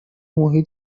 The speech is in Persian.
محیط